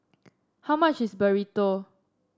how much is Burrito